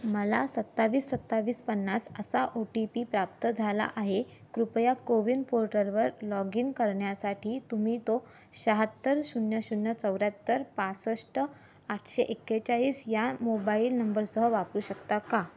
मला सत्तावीस सत्तावीस पन्नास असा ओ टी पी प्राप्त झाला आहे कृपया कोविन पोर्टलवर लॉग इन करण्यासाठी तुम्ही तो शहात्तर शून्य शून्य चौऱ्याहत्तर पासष्ट आठशे एक्केचाळीस या मोबाईल नंबरसह वापरू शकता का